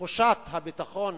תחושת הביטחון